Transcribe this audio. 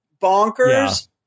bonkers